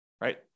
right